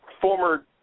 former